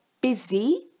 busy